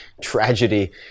tragedy